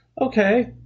Okay